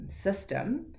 system